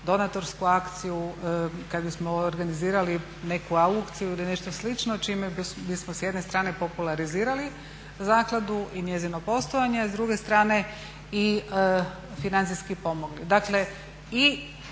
donatorsku akciju, kada bismo organizirali neku aukciju ili nešto slično s čime bismo s jedne strane popularizirali zakladu i njezino postojanje, a s druge strane i financijski pomogli.